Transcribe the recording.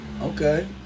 Okay